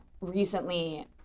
recently